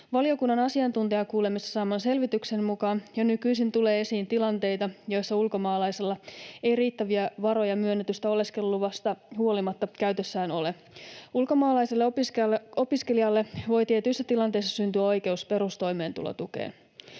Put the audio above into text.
Valiokunnan asiantuntijakuulemisessa saaman selvityksen mukaan jo nykyisin tulee esiin tilanteita, joissa ulkomaalaisella ei riittäviä varoja myönnetystä oleskeluluvasta huolimatta käytössään ole. Ulkomaalaiselle opiskelijalle voi tietyissä tilanteissa syntyä oikeus perustoimeentulotukeen.